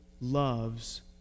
loves